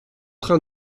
train